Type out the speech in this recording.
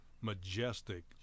majestic